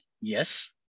Yes